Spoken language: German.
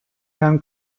herrn